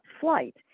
flight